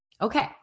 Okay